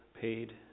paid